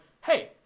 Hey